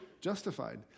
justified